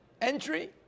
entry